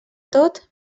tot